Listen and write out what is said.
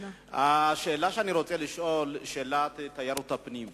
השאלה שאני רוצה לשאול היא על תיירות הפנים,